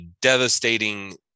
devastating